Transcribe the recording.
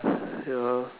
ya